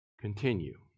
continue